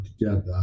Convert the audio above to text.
together